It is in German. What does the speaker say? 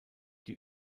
die